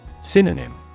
Synonym